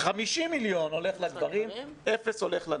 סוויץ' רציני בכל תפיסת העולם מגיל אפס.